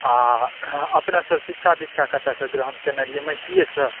आ अपने सर शिक्षा दीक्षा कतऽसँ ग्रहण कयने रहियै महीषीयेसँ